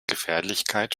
gefährlichkeit